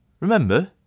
Remember